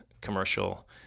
commercial